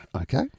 Okay